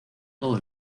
todo